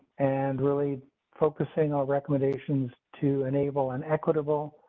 and really focusing our recommendations to enable an equitable,